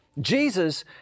Jesus